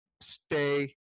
Stay